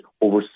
over